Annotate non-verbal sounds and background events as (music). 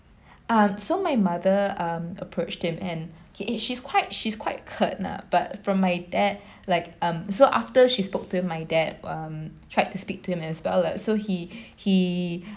uh so my mother um approached him and okay she's quite she's quite curt lah but from my dad like um so after she spoke to my dad um tried to speak to him as well lah so he he (breath)